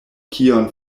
kion